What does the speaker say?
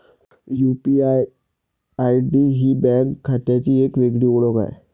UPI ID ही bank खात्याची एक वेगळी ओळख आहे